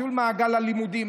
למעגל הלימודים,